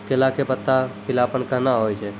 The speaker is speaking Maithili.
केला के पत्ता पीलापन कहना हो छै?